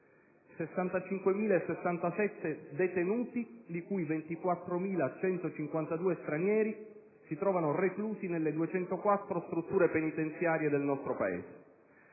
65.067 detenuti (di cui 24.152 stranieri) si trovano reclusi nelle 204 strutture penitenziarie del nostro Paese;